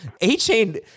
A-Chain